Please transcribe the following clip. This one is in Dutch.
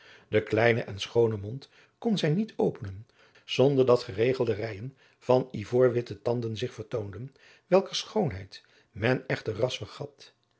den kleinen en schoonen mond kon zij niet openen zonder dat geregelde rijen van ivoorwitte tauden zich vertoonden welker schoonheid men echter ras vergat